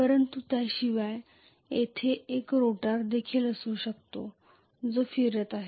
परंतु त्याशिवाय येथे एक रोटर देखील असू शकतो जो फिरत आहे